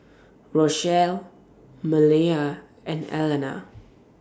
Rochelle Maleah and Allena